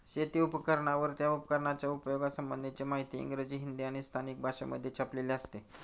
शेती उपकरणांवर, त्या उपकरणाच्या उपयोगा संबंधीची माहिती इंग्रजी, हिंदी आणि स्थानिक भाषेमध्ये छापलेली असते